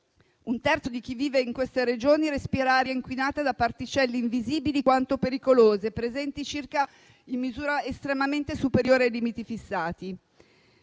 Un terzo di chi vive in queste Regioni respira aria inquinata da particelle invisibili quanto pericolose presenti in misura estremamente superiore ai limiti fissati.